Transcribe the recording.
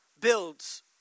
builds